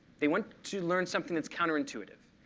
they want to learn something that's counterintuitive.